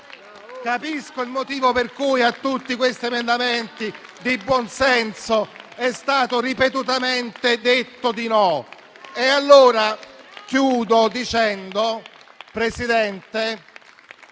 Capisco il motivo per cui a tutti questi emendamenti di buonsenso è stato ripetutamente detto di no. Concludo, Presidente,